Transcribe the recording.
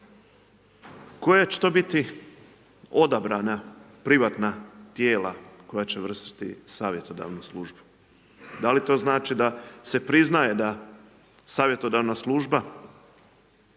Koja će to biti odabrana privatna tijela koja će vršiti savjetodavnu službu? Da li to znači da se priznaje da savjetodavna služba,